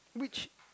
which